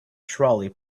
trolley